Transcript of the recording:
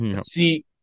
See